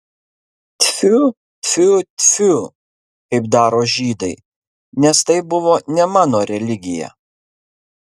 tfiu tfiu tfiu kaip daro žydai nes tai buvo ne mano religija